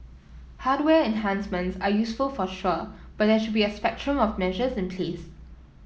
hardware enhancements are useful for sure but there should be a spectrum of measures in place